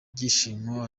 byishimo